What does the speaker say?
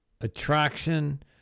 attraction